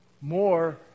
more